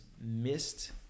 missed